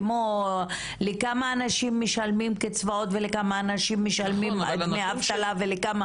כמו כמה אנשים משלמים קצבאות ולכמה משלמים דמי אבטלה- -- נכון,